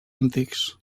antics